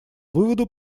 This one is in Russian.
выводу